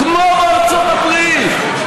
כמו בארצות הברית.